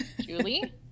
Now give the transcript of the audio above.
Julie